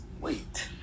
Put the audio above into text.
wait